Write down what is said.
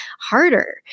harder